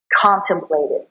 Contemplated